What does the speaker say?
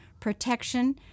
protection